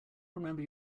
remember